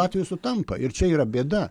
atvejų sutampa ir čia yra bėda